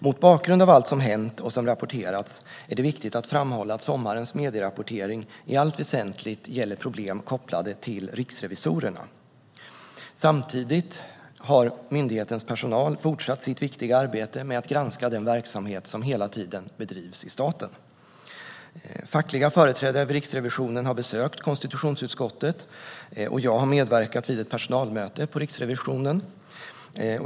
Mot bakgrund av allt som hänt och som rapporterats är det viktigt att framhålla att sommarens medierapportering i allt väsentligt gäller problem kopplade till riksrevisorerna. Samtidigt har myndighetens personal fortsatt sitt viktiga arbete med att granska den verksamhet som hela tiden bedrivs i staten. Fackliga företrädare vid Riksrevisionen har besökt konstitutionsutskottet, och jag har medverkat vid ett personalmöte på Riksrevisionen.